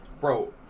Bro